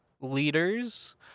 leaders